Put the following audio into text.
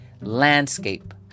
landscape